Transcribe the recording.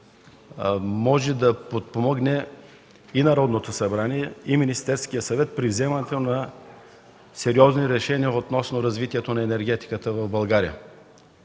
може да подпомогне Народното събрание и Министерския съвет при вземането на сериозни решения относно развитието на енергетиката в България.